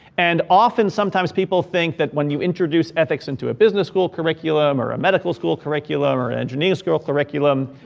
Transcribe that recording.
and often sometimes people think that when you introduce ethics into a business school curriculum or a medical school curriculum or an engineering school curriculum,